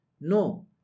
No